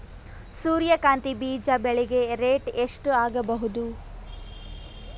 ಸೂರ್ಯ ಕಾಂತಿ ಬೀಜ ಬೆಳಿಗೆ ರೇಟ್ ಎಷ್ಟ ಆಗಬಹುದು?